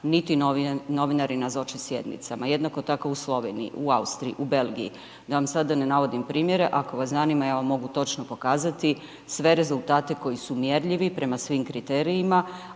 niti novinari nazoče sjednicama. Jednako tako u Sloveniji, u Austriji, u Belgiji, da vam sada ne navodim primjere, ako vas zanima ja vam mogu točno pokazati sve rezultate koji su mjerljivi prema svim kriterijima